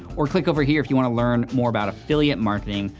or click over here if you wanna learn more about affiliate marketing,